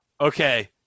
Okay